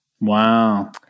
Wow